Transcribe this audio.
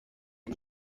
les